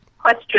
question